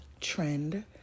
trend